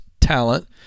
talent